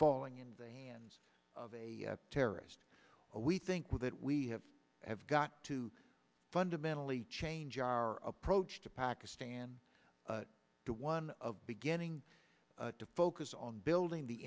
falling into the hands of a terrorist we think that we have have got to fundamentally change our approach to pakistan to one of beginning to focus on building the